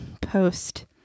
post